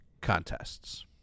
contests